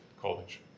college